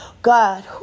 God